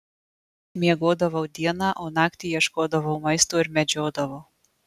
miegodavau dieną o naktį ieškodavau maisto ir medžiodavau